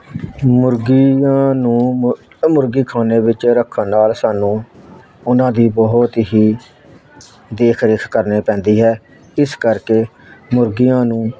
ਮੁਰਗੀਆਂ ਨੂੰ ਮੁਰਗੇ ਖਾਨੇ ਵਿੱਚ ਰੱਖਣ ਨਾਲ ਸਾਨੂੰ ਉਹਨਾਂ ਦੀ ਬਹੁਤ ਹੀ ਦੇਖ ਰੇਖ ਕਰਨੀ ਪੈਂਦੀ ਹੈ ਇਸ ਕਰਕੇ ਮੁਰਗੀਆਂ ਨੂੰ